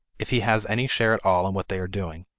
if he has any share at all in what they are doing,